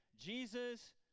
Jesus